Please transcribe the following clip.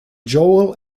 joel